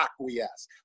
acquiesce